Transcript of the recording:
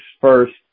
first